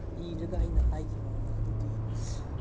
ꯏꯔꯒ ꯑꯩꯅ ꯍꯥꯏꯈꯤ ꯃꯉꯣꯟꯗ ꯑꯗꯨꯗꯤ